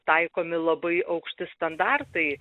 taikomi labai aukšti standartai